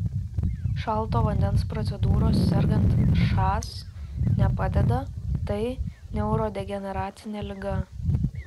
šalto vandens procedūros sergant šas nepadeda tai neurodegeneracinė liga